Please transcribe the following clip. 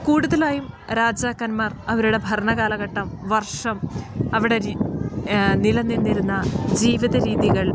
കൂടുതലായും രാജാക്കന്മാർ അവരുടെ ഭരണകാലഘട്ടം വർഷം അവിടെ നിലനിന്നിരുന്ന ജീവിതരീതികൾ